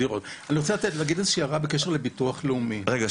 אני רוצה להגיד איזושהי הערה בקשר לביטוח לאומי --- רגע,